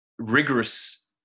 rigorous